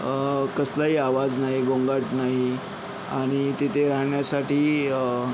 कसलाही आवाज नाही गोंगाट नाही आणि तिथे राहण्यासाठी